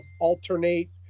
alternate